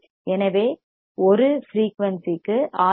எனவே ஒரு ஃபிரெயூனிசி ற்கு ஆர்